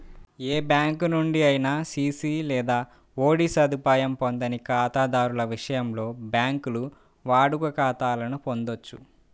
ఏ bank నుండి అయినా CC లేదా ఓడి సదుపాయం పొందని ఖాతాదారుల విషయంలో, బ్యాంకులు వాడుక ఖాతాలను పొందొచ్చు